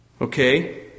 Okay